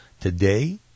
Today